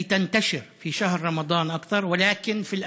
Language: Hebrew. תופעה זו שכיחה יותר בחודש רמדאן אבל היא